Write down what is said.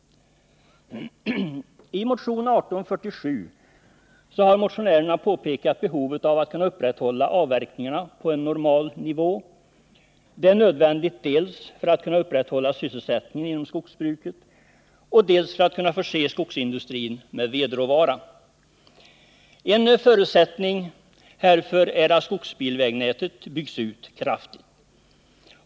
I motion 1847 har motionärerna pekat på behovet av att kunna hålla avverkningarna på en normal nivå. Det är nödvändigt dels för att kunna upprätthålla sysselsättningen inom skogsbruket, dels för att kunna förse skogsindustrin med vedråvara. En förutsättning härför är att skogsbilvägnätet byggs ut kraftigt.